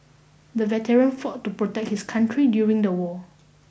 the veteran fought to protect his country during the war